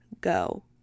go